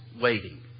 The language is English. waiting